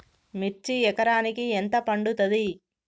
మిర్చి ఎకరానికి ఎంత పండుతది?